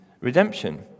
redemption